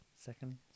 Second